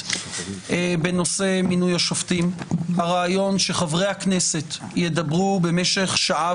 בנושא מינוי השופטים הרעיון שחברי הכנסת ידברו במשך שעה